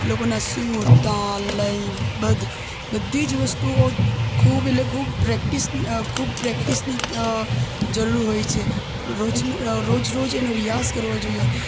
એ લોકોના સૂર તાલ લય બધ બધી જ વસ્તુઓ ખૂબ એટલે ખૂબ પ્રેક્ટિસની ખૂબ પ્રેક્ટિસની જરૂર હોય છે રોજ રોજ રોજ એનો રિયાઝ કરવો જોઈએ